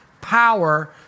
power